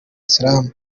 salaam